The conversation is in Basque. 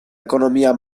ekonomia